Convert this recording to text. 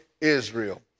Israel